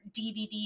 DVD